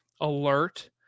alert